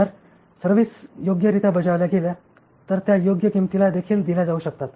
जर सर्व्हिस योग्यरित्या बजावल्या गेल्या तर त्या योग्य किंमतीला देखील दिल्या जाऊ शकतात